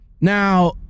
Now